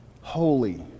holy